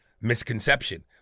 misconception